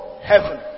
heaven